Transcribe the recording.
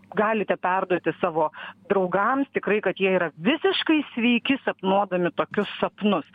galite perduoti savo draugams tikrai kad jie yra visiškai sveiki sapnuodami tokius sapnus